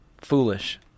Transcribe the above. foolish